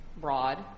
broad